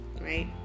right